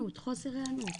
חוסר הענות.